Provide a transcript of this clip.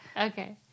Okay